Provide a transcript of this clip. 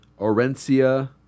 Orencia